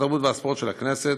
התרבות והספורט של הכנסת.